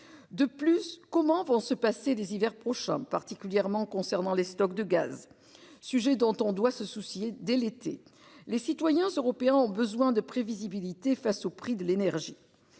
de plus comment vont se passer des hivers prochain particulièrement concernant les stocks de gaz, sujet dont on doit se soucie dès l'été les citoyens européens ont besoin de prévisibilité face au prix de l'énergie.